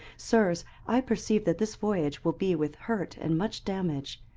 sirs, i perceive that this voyage will be with hurt and much damage,